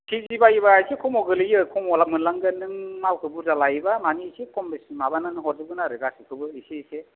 कि जि बायोबा एसे कमाव गोलोयो कमाव मोनलांगोन नों मालखौ बुरजा लायोबा मानि एसे कम माबानान हरजोबगोन आरो गासिखौबो एसे एसे